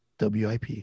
WIP